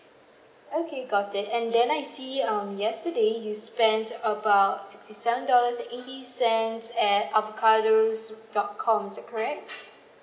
okay got it and then I see um yesterday you spent about sixty seven dollars and eighty cents at abkadul dot com is that correct